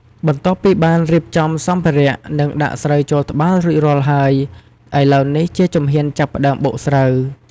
បន្ទាប់ពីបានរៀបចំសម្ភារៈ និងដាក់ស្រូវចូលត្បាល់រួចរាល់ហើយ ឥឡូវនេះជាជំហានចាប់ផ្ដើមបុកស្រូវ។